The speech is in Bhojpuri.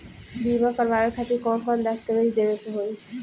बीमा करवाए खातिर कौन कौन दस्तावेज़ देवे के होई?